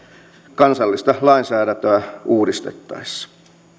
kansallista lainsäädäntöä uudistettaessa